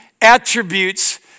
attributes